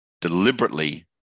deliberately